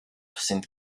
sind